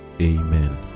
amen